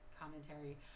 commentary